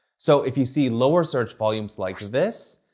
so if you see lower search volumes like this,